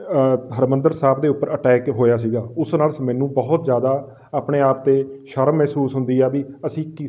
ਹਰਿਮੰਦਰ ਸਾਹਿਬ ਦੇ ਉੱਪਰ ਅਟੈਕ ਹੋਇਆ ਸੀਗਾ ਉਸ ਨਾਲ ਸ ਮੈਨੂੰ ਬਹੁਤ ਜ਼ਿਆਦਾ ਆਪਣੇ ਆਪ 'ਤੇ ਸ਼ਰਮ ਮਹਿਸੂਸ ਹੁੰਦੀ ਆ ਵੀ ਅਸੀਂ ਕਿ